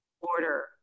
order